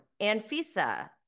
Anfisa